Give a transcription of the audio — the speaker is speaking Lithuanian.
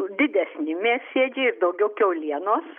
didesni mėsėdžiai ir daugiau kiaulienos